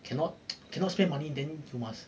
cannot cannot spend money then you must